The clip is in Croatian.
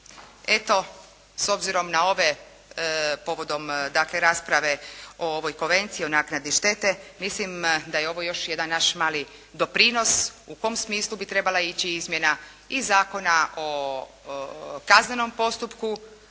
Eto s obzirom na ove povodom dakle rasprave o ovoj Konvenciji o naknadi štete, mislim da je ovo još jedan naš mali doprinos u kom smislu bi trebala ići izmjena i Zakona o kaznenom postupku,